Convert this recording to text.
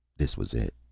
this was it.